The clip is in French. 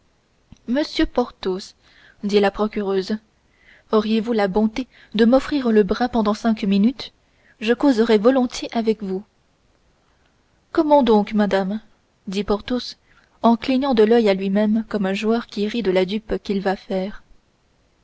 monsieur porthos dit la procureuse auriez-vous la bonté de m'offrir le bras pendant cinq minutes je causerais volontiers avec vous comment donc madame dit porthos en se clignant de l'oeil à lui-même comme un joueur qui rit de la dupe qu'il va faire